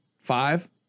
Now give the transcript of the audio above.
Five